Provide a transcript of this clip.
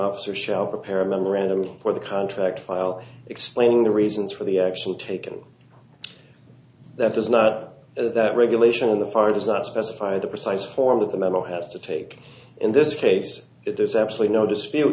officer shall prepare a memorandum for the contract file explaining the reasons for the action taken that is not that regulation in the fire does not specify the precise form that the memo has to take in this case there's actually no dispute